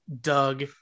Doug